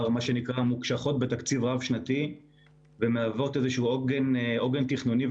מוקשחות בתקציב רב-שנתי ומהוות איזשהו עוגן תכנוני,